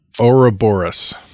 Ouroboros